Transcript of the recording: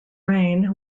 reign